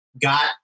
got